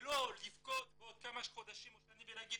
ולא לבכות בעוד כמה חודשים או שנים ולהגיד